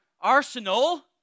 arsenal